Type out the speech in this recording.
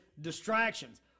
distractions